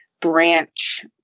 branch